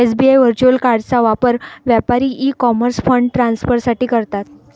SBI virtual कार्डचा वापर व्यापारी ई कॉमर्स फंड ट्रान्सफर साठी करतात